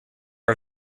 are